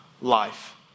life